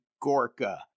Gorka